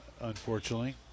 unfortunately